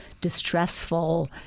distressful